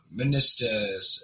ministers